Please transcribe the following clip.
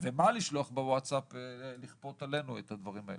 ומה לשלוח בווטסאפ לכפות עלינו את הדברים האלה.